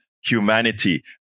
humanity